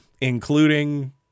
including